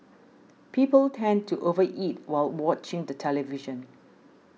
people tend to over eat while watching the television